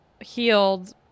healed